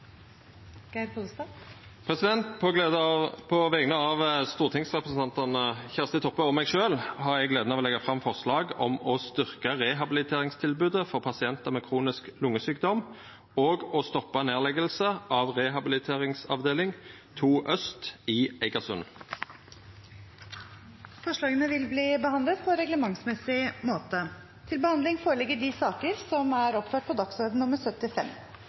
På vegner av stortingsrepresentanten Kjersti Toppe og meg sjølv har eg gleda av å leggja fram forslag om å styrkja rehabiliteringstilbodet for pasientar med kronisk lungesjukdom og å stoppa nedlegginga av rehabiliteringsavdelinga 2 Øst i Egersund. Forslagene vil bli behandlet på reglementsmessig måte.